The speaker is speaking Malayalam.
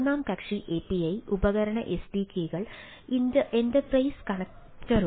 മൂന്നാം കക്ഷി API ഉപകരണ SDK കൾ എന്റർപ്രൈസ് കണക്റ്ററുകൾ തുടങ്ങിയവ